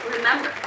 Remember